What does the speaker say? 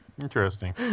Interesting